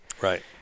Right